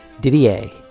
didier